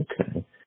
Okay